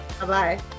Bye-bye